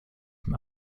dem